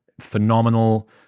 phenomenal